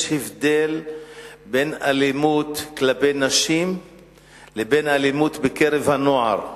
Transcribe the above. יש הבדל בין אלימות כלפי נשים לבין אלימות בקרב הנוער.